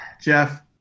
Jeff